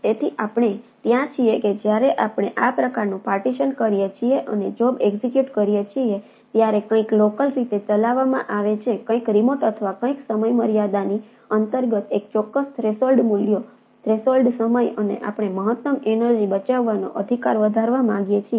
તેથી આપણે ત્યાં છીએ કે જ્યારે આપણે આ પ્રકારનું પાર્ટીશન કરીએ છીએ અને જોબ મૂલ્યો થ્રેશોલ્ડ સમય અને આપણે મહત્તમ એનર્જિ બચાવવાનો અધિકાર વધારવા માંગીએ છીએ